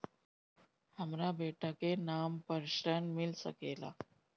हमरा बेटा के नाम पर ऋण मिल सकेला?